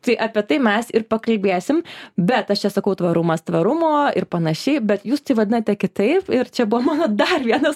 tai apie tai mes ir pakalbėsim bet aš čia sakau tvarumas tvarumo ir panašiai bet jūs tai vadinate kitaip ir čia buvo mano dar vienas